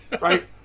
right